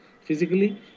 physically